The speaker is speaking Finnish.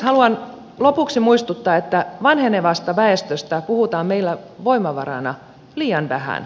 haluan lopuksi muistuttaa että vanhenevasta väestöstä puhutaan meillä voimavarana liian vähän